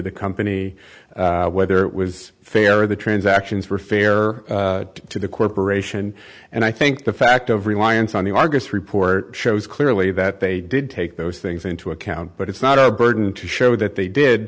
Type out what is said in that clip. the company whether it was fair or the transactions were fair to the corporation and i think the fact of reliance on the argus report shows clearly that they did take those things into account but it's not our burden to show that they did